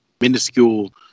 minuscule